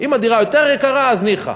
אם הדירה יותר יקרה, אז ניחא.